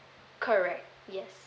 correct yes